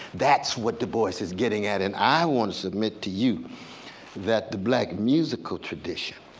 that's what du bois is getting at. and i want to submit to you that the black musical tradition